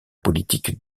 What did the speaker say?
politique